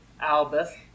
Albus